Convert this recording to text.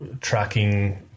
tracking